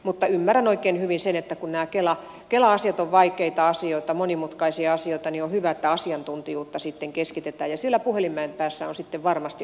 mutta ymmärrän oikein hyvin sen että kun nämä kela asiat ovat vaikeita asioita monimutkaisia asioita niin on hyvä että asiantuntijuutta sitten keskitetään ja siellä puhelimen päässä on sitten varmasti osaava henkilö